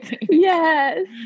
Yes